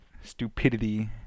stupidity